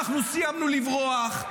אנחנו סיימנו לברוח.